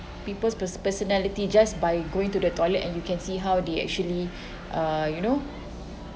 people's pers~ personality just by going to the toilet and you can see how they actually uh you know